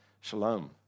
shalom